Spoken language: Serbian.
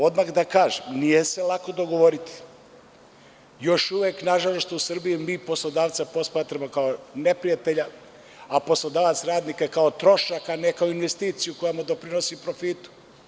Odmah da kažem, nije se lako dogovoriti, još uvek nažalost u Srbiji mi poslodavca posmatramo kao neprijatelja, a poslodavac radnika kao trošak, a ne kao investiciju koja mu doprinosi profitu.